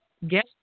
yes